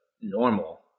normal